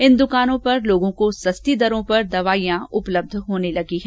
इन दुकानों पर लोगों को सस्ती दरों पर दवाइयां उपलब्ध होने लगी हैं